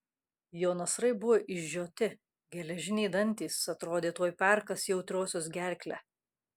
jo nasrai buvo išžioti geležiniai dantys atrodė tuoj perkąs jautriosios gerklę